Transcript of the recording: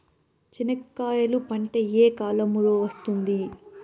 చెనక్కాయలు పంట ఏ కాలము లో వస్తుంది